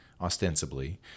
Ostensibly